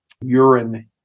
urine